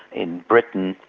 in britain,